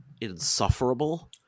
insufferable